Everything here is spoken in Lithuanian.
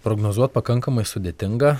prognozuot pakankamai sudėtinga